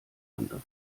anderen